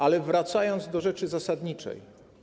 Ale wracając do rzeczy zasadniczej.